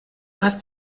hast